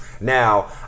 Now